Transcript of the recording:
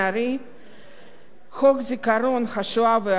חוק זיכרון השואה והגבורה, יד ושם (תיקון,